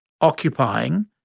occupying